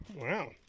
Wow